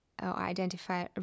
identify